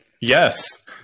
Yes